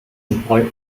employ